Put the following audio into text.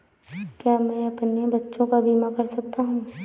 क्या मैं अपने बच्चों का बीमा करा सकता हूँ?